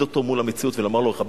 אותו מול המציאות ולומר לו: חביבי,